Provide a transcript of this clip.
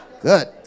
Good